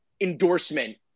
endorsement